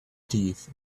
teeth